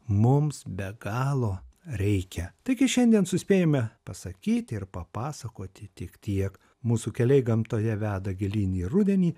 mums be galo reikia taigi šiandien suspėjome pasakyti ir papasakoti tik tiek mūsų keliai gamtoje veda gilyn į rudenį